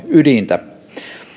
ydintä